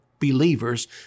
believers